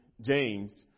James